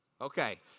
Okay